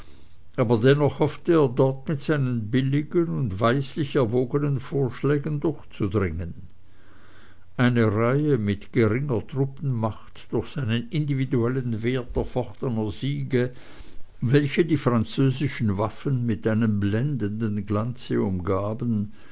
aber dennoch hoffte er dort mit seinen billigen und weislich erwogenen vorschlägen durchzudringen eine reihe mit geringer truppenmacht durch seinen individuellen wert erfochtener siege welche die französischen waffen mit einem blendenden glanze umgaben